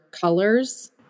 colors